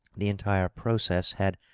the entire process had,